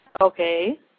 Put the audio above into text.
Okay